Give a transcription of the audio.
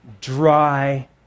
dry